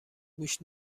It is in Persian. گوش